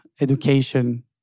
education